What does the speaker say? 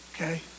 Okay